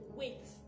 wait